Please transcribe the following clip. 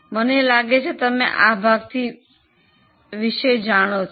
મને લાગે છે કે તમે આ ભાગથી વિષય જાણો છો